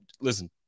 Listen